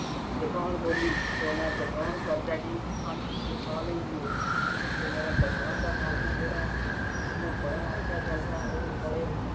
दुकान खोल्ली ते मैं दकान करदै बी पंज छे साल होई गे ते मेरा दकान दा कम्म ऐ जेह्डा ओ बड़ा अच्छा चलदा होंर बड़े